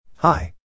Hi